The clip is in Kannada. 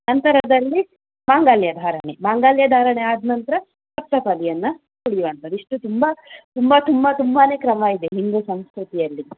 ನಂತರದಲ್ಲಿ ಮಾಂಗಲ್ಯ ಧಾರಣೆ ಮಾಂಗಲ್ಯ ಧಾರಣೆ ಆದ ನಂತರ ಸಪ್ತಪದಿಯನ್ನು ತುಳಿಯುವಂಥದ್ದು ಇಷ್ಟು ತುಂಬ ತುಂಬ ತುಂಬ ತುಂಬನೇ ಕ್ರಮ ಇದೆ ಹಿಂದೂ ಸಂಸ್ಕೃತಿಯಲ್ಲಿ